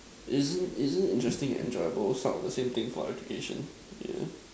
isn't isn't interesting and enjoyable sort of the same thing for education yeah